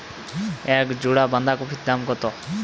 এক জোড়া বাঁধাকপির দাম কত?